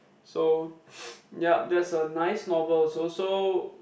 so yup that's a nice novel also so